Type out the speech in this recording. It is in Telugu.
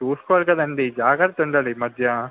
చూసుకోవాలి కదండి జాగ్రత్త ఉండాలి ఈమధ్య